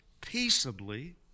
peaceably